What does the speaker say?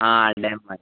हाँ डैम वाली